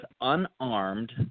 unarmed